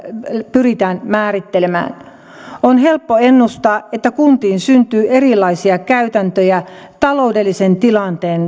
pyritään määrittelemään on helppo ennustaa että kuntiin syntyy erilaisia käytäntöjä taloudellisen tilanteen